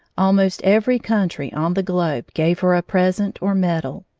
almost every country on the globe gave her a present or medal.